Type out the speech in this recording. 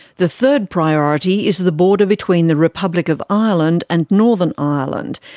the third priority is the border between the republic of ireland and northern ireland,